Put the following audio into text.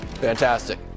Fantastic